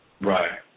Right